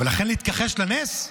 אבל לכן להתכחש לנס?